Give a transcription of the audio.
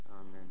Amen